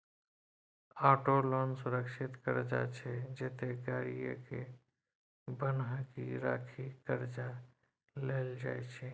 auto loan सुरक्षित करजा छै जतय गाड़ीए केँ बन्हकी राखि करजा लेल जाइ छै